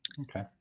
Okay